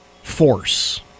Force